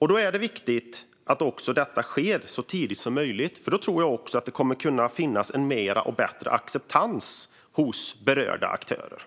Då är det viktigt att det här sker så tidigt som möjligt så att det kan bli en större och bättre acceptans hos berörda aktörer.